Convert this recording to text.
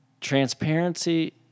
transparency